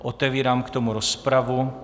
Otevírám k tomu rozpravu.